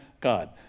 god